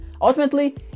Ultimately